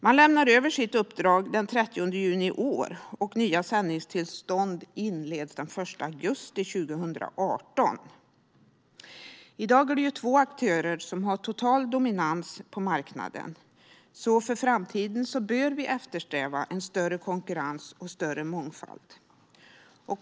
Man lämnar över sitt uppdrag den 30 juni i år, och nya sändningstillstånd inleds den 1 augusti 2018. I dag är det två aktörer som har total dominans på marknaden, så för framtiden bör vi eftersträva ökad konkurrens och större mångfald.